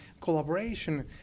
collaboration